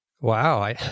Wow